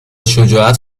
شجاعت